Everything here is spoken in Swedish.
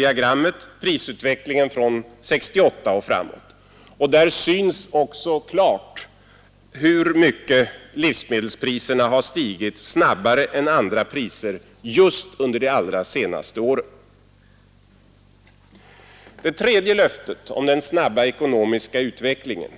Diagrammet visar prisutvecklingen från 1968 och framåt, och det visar också klart hur mycket livsmedelspriserna har stigit snabbare än andra priser just under de allra senaste åren. Hur gick det med det tredje löftet, om den snabba ekonomiska utvecklingen,